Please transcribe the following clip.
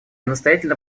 настоятельно